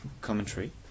commentary